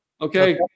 Okay